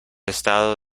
estado